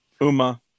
Uma